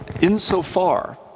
insofar